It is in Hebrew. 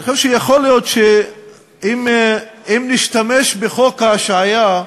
אני חושב שיכול להיות שאם נשתמש בחוק ההשעיה,